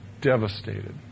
devastated